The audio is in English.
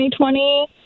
2020